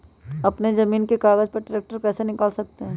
अपने जमीन के कागज पर ट्रैक्टर कैसे निकाल सकते है?